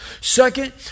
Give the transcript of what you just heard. Second